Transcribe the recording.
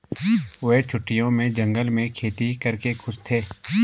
वे छुट्टियों में जंगल में खेती करके खुश थे